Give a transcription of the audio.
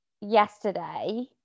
yesterday